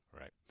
Right